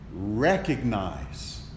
recognize